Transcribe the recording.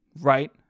right